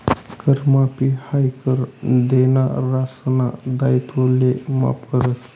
कर माफी हायी कर देनारासना दायित्वले माफ करस